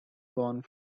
gone